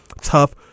tough